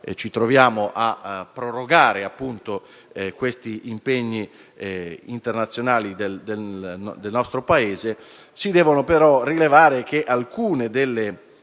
ci troviamo a prorogare gli impegni internazionali del nostro Paese, si devono rilevare alcune